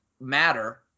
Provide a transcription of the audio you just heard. matter